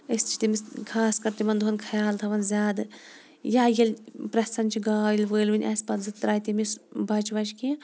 أسۍ چھِ تٔمِس خاص کَر تِمَن دۄہَن خَیال تھاوان زیادٕ یا ییٚلہِ پرٛسن چھِ گاو وٲلۍوِٕنۍ آسہِ پَتہٕ زن ترٛایہِ تٔمِس بَچہِ وَچہِ کیٚنٛہہ